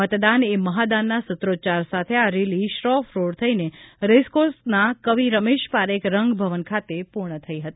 મતદાન એ મહાદાનના સુત્રોચ્ચાર સાથે આ રેલી શ્રોફ રોડ થઇને રેસકોર્ષના કવિ રમેશ પારેખ રંગભવન ખાતે પૂર્ણ થઇ હતી